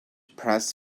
press